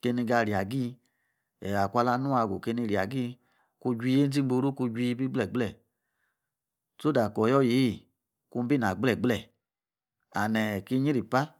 keni gaa ria gi makwa la nu keni na gi kon juii enzi gboru kon juii bi gbie, gble so that ku oyoyei kon be na gble, gble and eh! Ki nyripa ni gboru okpebi